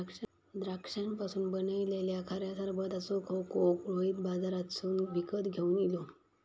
द्राक्षांपासून बनयलल्या खऱ्या सरबताचो खोको रोहित बाजारातसून विकत घेवन इलो